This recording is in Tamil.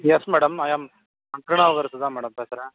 எஸ் மேடம் ஐ அம் நான் திருநாவுக்கரசுதான் மேடம் பேசுகிறேன்